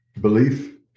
belief